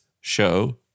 show